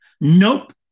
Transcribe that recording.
Nope